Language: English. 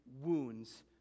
wounds